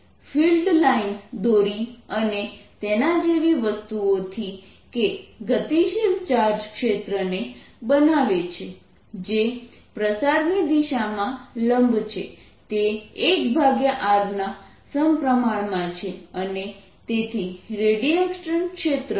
field lines દોરી અને તેના જેવી વસ્તુઓથી કે ગતિશીલ ચાર્જ ક્ષેત્રને બનાવે છે જે પ્રસારની દિશામાં લંબ છે તે 1r ના સમપ્રમાણમાં છે અને તેથી રેડિયેશન ક્ષેત્ર માં પણ આવું છે